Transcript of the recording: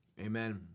Amen